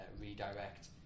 redirect